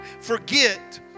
forget